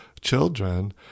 children